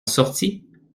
sortit